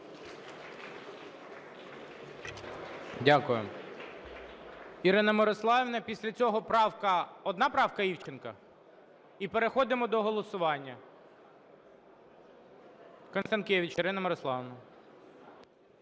Дякую. Ірина Мирославівна. І після цього правка… Одна правка Івченка? І переходимо до голосування. Констанкевич Ірина Мирославівна.